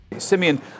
Simeon